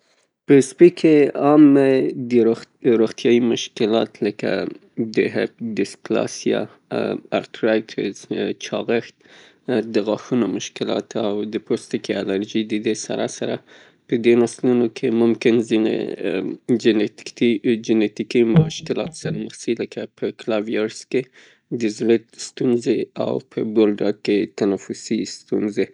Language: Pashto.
په سپي کې عامې د روغتیايي مشکلات لکه د هپ دسکلاسیا، ارترایچز چاغښت د غاښونو مشکلات او د پوستکي الرژي. د دې سره سره د دې نسلونو کې ممکن ځینې ځینې جینیتکی مشکلاتو سره مخ شي لکه په کلاویرز کې د زړه ستونزې او په بول ډاک کې تنفسي ستونزې.